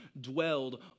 dwelled